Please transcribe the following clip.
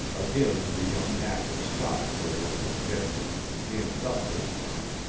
again the young actor stopped for one of his gestures, hands up this time.